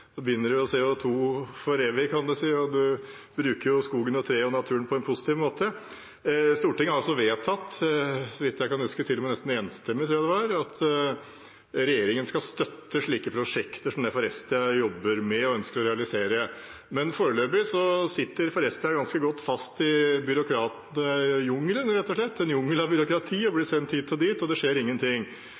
for evig, kan en si, og en bruker skogen, treet og naturen på en positiv måte. Stortinget har vedtatt, så vidt jeg kan huske, til og med nesten enstemmig, at regjeringen skal støtte slike prosjekter som det Forestia jobber med og ønsker å realisere. Men foreløpig sitter Forestia ganske godt fast i byråkratjungelen, rett og slett, en jungel av byråkrati, og blir sendt hit og dit, og det skjer ingenting.